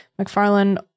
McFarland